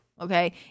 Okay